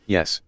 Yes